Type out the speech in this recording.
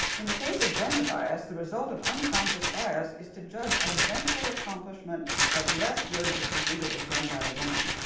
in the case of gender bias, the result of unconscious bias is to judge identical accomplishment as less good if we think it was done by a woman.